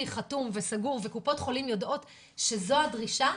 חתום וסגור וקופות החולים יודעות שזאת הדרישה,